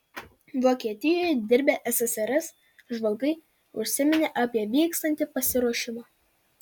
vokietijoje dirbę ssrs žvalgai užsiminė apie vykstantį pasiruošimą